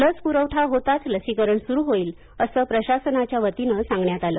लस पुरवठा होताच लसीकरण सुरू होईल असं प्रशासनाच्या वतीनं सांगण्यात आलं